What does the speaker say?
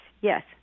yes